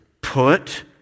Put